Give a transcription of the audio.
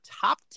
top